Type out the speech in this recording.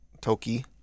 Toki